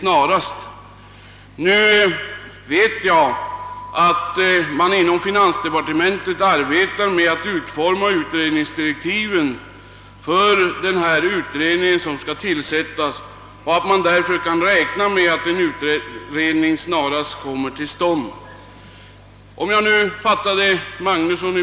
Nu vet jag att man inom finansdepartementet arbetar med att utforma direktiven för den utredning som skall tillsättas och att vi därför kan räkna med att denna snarast kommer till stånd.